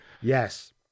Yes